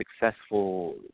successful